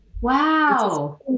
Wow